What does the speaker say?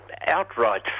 outright